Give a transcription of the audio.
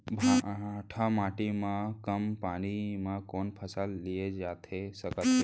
भांठा माटी मा कम पानी मा कौन फसल लिए जाथे सकत हे?